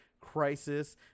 crisis